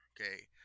okay